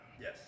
Yes